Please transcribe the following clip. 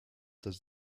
does